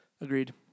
Agreed